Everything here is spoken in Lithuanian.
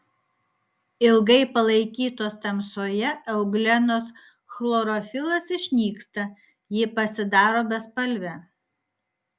ilgai palaikytos tamsoje euglenos chlorofilas išnyksta ji pasidaro bespalvė